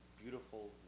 beautiful